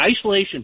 isolation